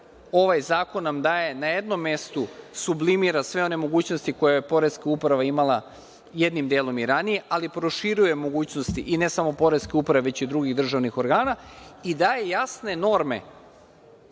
Ovaj zakon nam daje na jednom mestu, sublimira sve one mogućnosti koje je Poreska uprava imala jednim delom i ranije, ali proširuje mogućnosti, i ne samo Poreske uprave, već i drugih državnih organa, i daje jasne norme